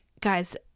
guys